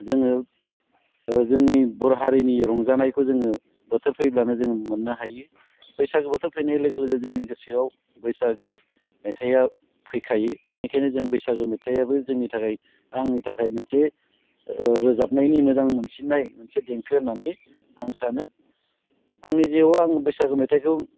जोङो जोंनि बर' हारिनि रंजानायखौ जोङो बोथोर फैब्लानो जोङो मोननो हायो बैसागो बोथोर फैनाय लोगो लोगो जोंनि गोसोआव बैसागो मेथाइआ फैखायो बिनिखायनो जों बैसागो मेथाइआबो जोंनि थाखाय आंनि थाखाय मोनसे ओ रोजाबनायनि मोजां मोनसिननाय मोनसे देंखो होननानै आं सानो आंनि जिउआव आं बैसागो मेथाइखौ